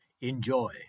Enjoy